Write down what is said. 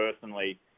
personally